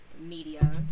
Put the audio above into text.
media